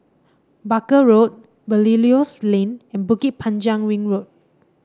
Barker Road Belilios Lane and Bukit Panjang Ring Road